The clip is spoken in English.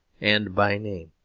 and by name.